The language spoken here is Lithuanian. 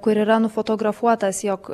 kur yra nufotografuotas jog